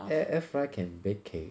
air air fry can bake cake